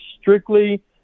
strictly